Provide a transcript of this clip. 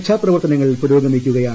രക്ഷാപ്രവർത്തനങ്ങൾ പുരോഗമിക്കുകയാണ്